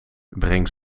breng